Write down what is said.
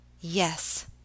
Yes